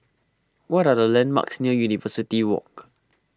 what are the landmarks near University Walk